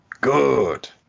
Good